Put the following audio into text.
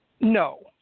No